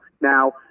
now